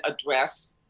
address